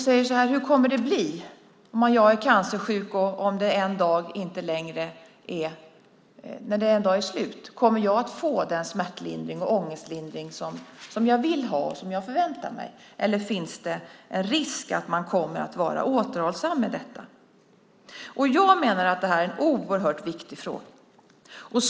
De undrar hur det kommer att bli. Kommer man att få den smärtlindring och ångestlindring man vill ha och förväntar sig den dagen man ligger för döden, eller finns det en risk för att man kommer att vara återhållsam med detta? Jag menar att detta är en oerhört viktig fråga.